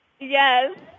Yes